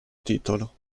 titolo